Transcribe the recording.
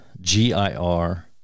G-I-R